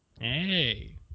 Hey